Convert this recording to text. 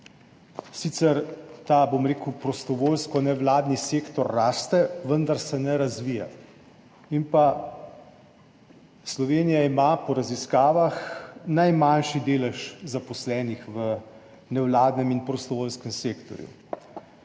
rekel, prostovoljsko-nevladni sektor raste, vendar se ne razvija. Slovenija ima po raziskavah najmanjši delež zaposlenih v nevladnem in prostovoljskem sektorju.